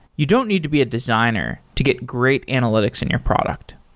you don't need to be a designer to get great analytics in your product.